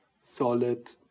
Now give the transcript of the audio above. solid